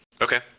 Okay